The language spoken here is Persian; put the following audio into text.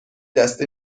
دسته